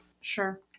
Sure